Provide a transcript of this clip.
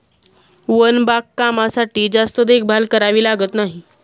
one बागकामासाठी जास्त देखभाल करावी लागत नाही